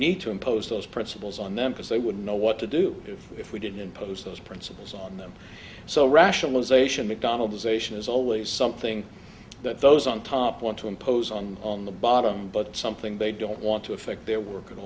need to impose those principles on them because they would know what to do if we didn't impose those principles on them so rationalization mcdonald's ization is always something that those on top want to impose on on the bottom but something they don't want to affect their work at